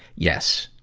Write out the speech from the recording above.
yes,